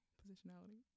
positionality